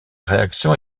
réaction